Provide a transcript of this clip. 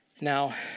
Now